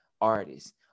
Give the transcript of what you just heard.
artists